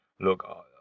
look